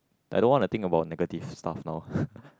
I don't wanna think about negative stuff now